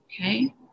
okay